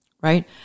Right